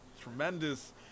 tremendous